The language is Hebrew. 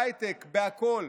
בהייטק ובכול,